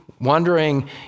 wondering